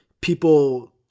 people